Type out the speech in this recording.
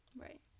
Right